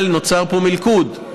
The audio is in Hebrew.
אבל נוצר פה מלכוד,